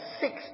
six